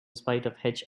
spite